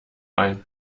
ein